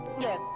Yes